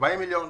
40 מיליון,